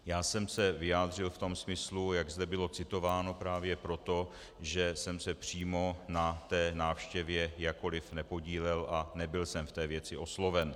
Já jsem se vyjádřil v tom smyslu, jak zde bylo citováno, právě proto, že jsem se přímo na té návštěvě jakkoliv nepodílel a nebyl jsem v té věci osloven.